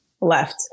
left